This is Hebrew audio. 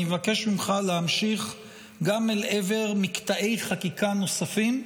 אני מבקש ממך להמשיך גם אל עבר מקטעי חקיקה נוספים.